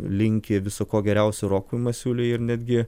linki viso ko geriausio rokui masiuliui ir netgi